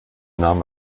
nahm